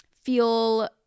feel